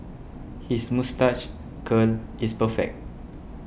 his moustache curl is perfect